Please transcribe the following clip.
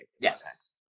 Yes